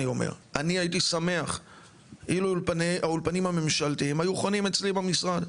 אני הייתי שמח אילו האולפנים הממשלתיים היו חונים אצלי במשרד.